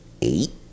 eight